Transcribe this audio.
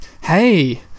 Hey